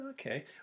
Okay